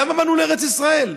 למה באנו לארץ ישראל?